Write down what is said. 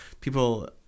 people